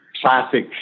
classic